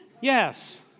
yes